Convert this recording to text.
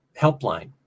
helpline